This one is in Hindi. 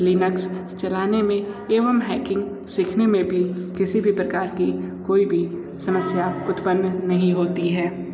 लिनक्स चलाने में एवं हैकिंग सीखने में किसी भी प्रकार की कोई भी समस्या उत्पन्न नही होती है